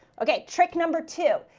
okay, trick number two,